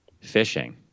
Fishing